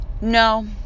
no